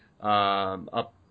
up